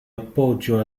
appoggio